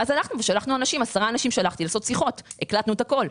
שלחתי 10 אנשים לעשות שיחות, והקלטנו את הכול.